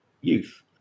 youth